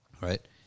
right